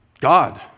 god